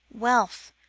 wealth,